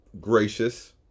gracious